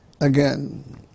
again